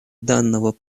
данного